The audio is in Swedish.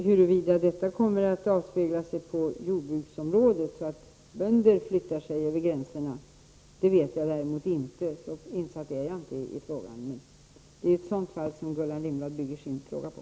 Huruvida detta kommer att avspeglas på jordbruksområdet så att bönder förflytta sig över gränserna, vet jag däremot inte. Så insatt är jag inte i frågan, men det är ju ett sådant fall som Gullan Lindblad baserar sin fråga på.